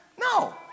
No